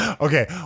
Okay